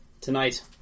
tonight